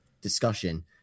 discussion